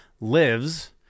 lives